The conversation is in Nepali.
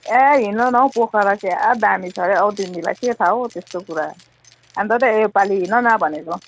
ए हिँड न हौ पोखरा क्या दामी छ अरे औ तिमीलाई के थाहा हौ त्यस्तो कुरा अन्त त योपालि हिँड न भनेको